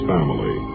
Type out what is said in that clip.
Family